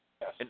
Yes